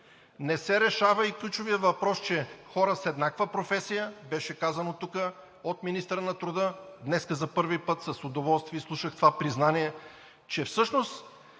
Не се решава и ключовият въпрос, че хора с еднаква професия – беше казано от министъра на труда – днес за първи път с удоволствие изслушах това признание, че всъщност